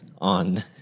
on